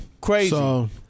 crazy